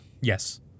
Yes